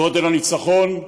גודל הניצחון,